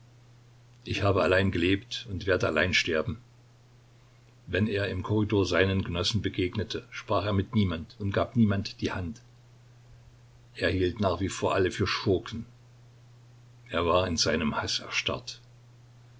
ich habe allein gelebt und werde allein sterben wenn er im korridor seinen genossen begegnete sprach er mit niemand und gab niemand die hand er hielt nach wie vor alle für schurken er war in seinem haß erstarrt